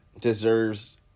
deserves